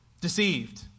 deceived